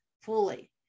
fully